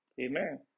Amen